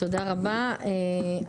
תודה רבה, תודה רון.